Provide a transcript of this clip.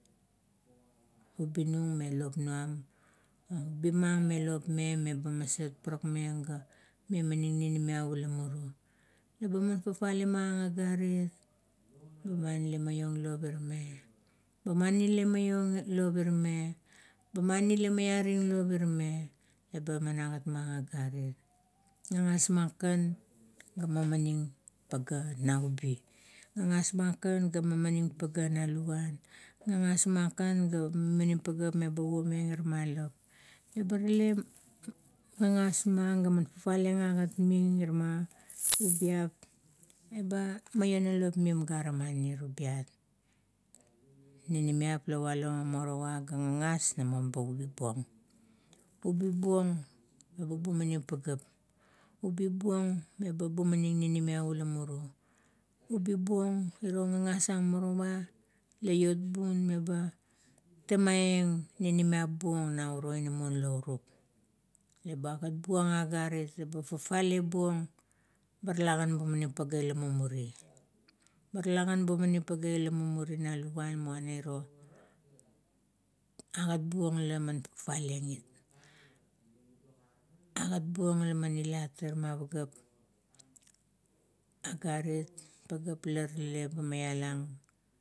Ubi nung me lop nuam, ubi mang me lop meaim meba maset parakmeng memaning ninimiap ula muru. Eba man fafale mang agarit, mani la be maiong lop ira me. Ba mani la maiaring lop ira me, laba man agat mang agarit. Gagas mang kan ga mamaning pagea nau ubi. Gagas mang kan ga mamaning pagea na luvuan. Gagas mang kan ga mamanim pageap leba puomeng irama lop. Leba rle gagas mang ga man fafale eag agat ming irama ubiap eba maionang lop mim gare mani tubiat. Ninimiap la walo morowa ga gagas, namo ba ubi buong. Ubi buong meba bumaning pageap, ubi buong meba bumaning ninimiap ula muru. Ubi buong iro gagas ang morowa lla iot bun leba temaieng ninimiap bung nau uro inamon laurup. Leba agat bung agarit, eba fafale bung, ba rala gan bumaning pageai la muri. Ba rala gan bumaning pagea i la muri na luvuan muana iro agat buong la mman fafaleeag it. Agat buong la man ilat irama pageap agarit, pageap la rale be maiangi.